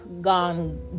gone